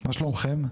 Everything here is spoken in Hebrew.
מה שלומכם?